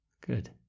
Good